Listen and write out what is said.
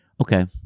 okay